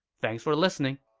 thanks for listening